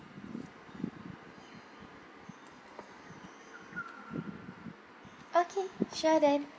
okay sure then